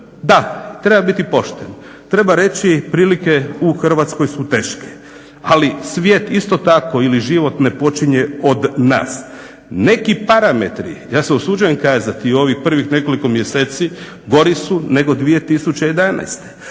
Da, treba biti pošten, treba reći prilike u Hrvatskoj su teške. Ali svijet isto tako ili život ne počinje od nas. Neki parametri, ja se usuđujem kazati u ovih prvih nekoliko mjeseci gori su nego 2011.